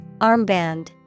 Armband